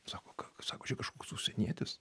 sako sako čia kažkoks užsienietis